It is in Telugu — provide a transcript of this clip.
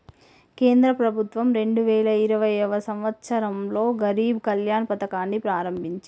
కేంద్ర ప్రభుత్వం రెండు వేల ఇరవైయవ సంవచ్చరంలో గరీబ్ కళ్యాణ్ పథకాన్ని ప్రారంభించిర్రు